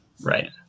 Right